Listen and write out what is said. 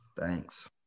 Thanks